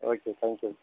okay thank you